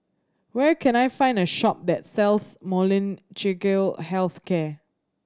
where can I find a shop that sells Health Care